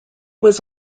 was